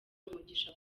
umugisha